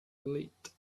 lit